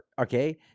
okay